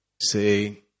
say